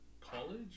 college